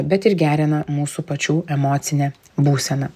bet ir gerina mūsų pačių emocinę būseną